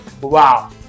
wow